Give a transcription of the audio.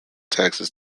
taxes